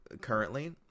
currently